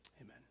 Amen